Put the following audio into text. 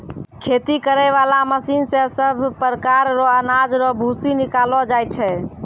खेती करै बाला मशीन से सभ प्रकार रो अनाज रो भूसी निकालो जाय छै